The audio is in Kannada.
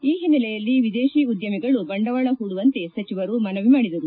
ಈ ಹಿನ್ನೆಲೆಯಲ್ಲಿ ವಿದೇಶಿ ಉದ್ದಮಿಗಳು ಬಂಡವಾಳ ಹೂಡುವಂತೆ ಸಚಿವರು ಮನವಿ ಮಾಡಿದರು